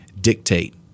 dictate